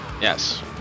Yes